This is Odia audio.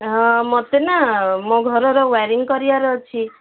ହଁ ମୋତେ ନା ମୋ ଘରର ୱାରିଂ କରିବାର ଅଛି